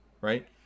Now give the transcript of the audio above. right